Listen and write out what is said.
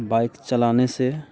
bike चलाने से